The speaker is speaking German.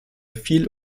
fiel